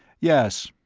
yes.